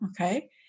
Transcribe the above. okay